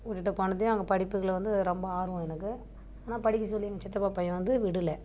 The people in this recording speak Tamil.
விட்டுட்டு போனதையும் எங்கள் படிப்புகளில் வந்து ரொம்ப ஆர்வம் எனக்கு ஆனால் படிக்க சொல்லி எங்கள் சித்தப்பா பையன் வந்து விடல